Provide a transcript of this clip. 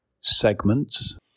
segments